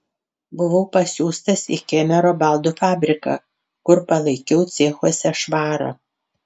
buvau pasiųstas į kemero baldų fabriką kur palaikiau cechuose švarą